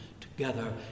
together